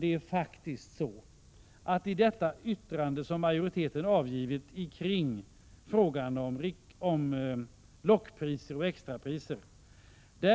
Det är i stället det faktum, herr talman, att majoriteten i sin skrivning i frågan om lockpriser och extrapriser